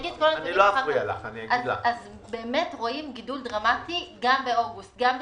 רואים גידול דרמטי גם באוגוסט, גם בספטמבר,